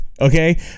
Okay